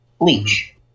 Bleach